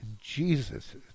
Jesus